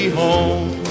home